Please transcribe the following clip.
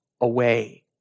away